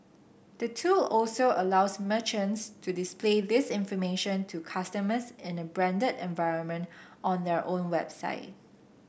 the tool also allows merchants to display this information to customers in a branded environment on their own website